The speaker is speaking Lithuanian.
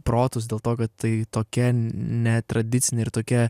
protus dėl to kad tai tokia netradicinė ir tokia